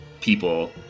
people